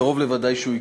קרוב לוודאי שהוא יקרה.